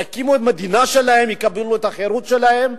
יקימו את המדינה שלהם, יקבלו את החירות שלהם,